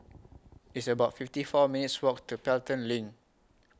It's about fifty four minutes' Walk to Pelton LINK